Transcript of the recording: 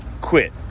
quit